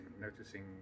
noticing